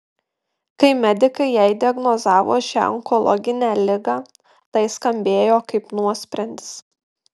kai medikai jai diagnozavo šią onkologinę ligą tai skambėjo kaip nuosprendis